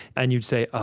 and you say, ah